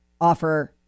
offer